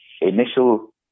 initial